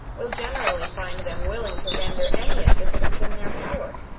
will generally find them willing to render any assistance in their power.